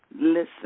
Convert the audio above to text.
listen